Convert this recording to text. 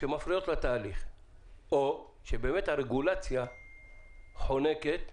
מפריעים לתהליך או שבאמת הרגולציה חונקת.